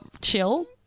chill